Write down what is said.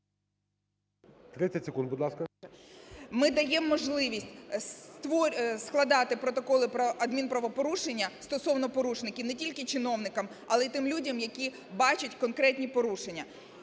даємо можливість складати протоколи про адмінправопорушення стосовно порушників не тільки чиновникам, але й тим людям, які бачать конкретні порушення.